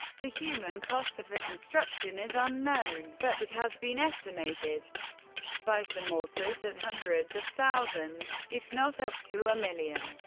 the human cost of the construction is unknown, but it has been estimated estimated by some authors that hundreds of thousands, if not up to a million,